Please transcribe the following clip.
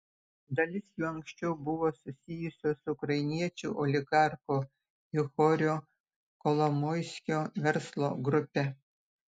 dalis jų anksčiau buvo susijusios su ukrainiečių oligarcho ihorio kolomoiskio verslo grupe